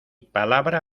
palabra